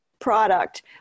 product